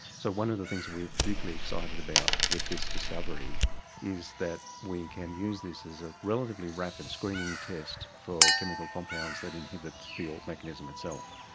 so one of the things that we're particularly excited about with this discovery is that we can use this as a relatively rapid screening test for chemical compounds that inhibit the alt mechanism itself.